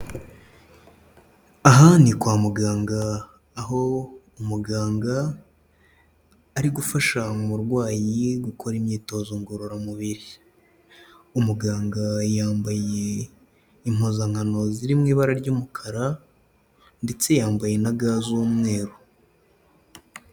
Aha ni kwa muganga aho umuganga ari gufasha umurwayi gukora imyitozo ngororamubiri, umuganga yambaye impuzankano ziri mu ibara ry'umukara ndetse yambaye na ga z'umweru.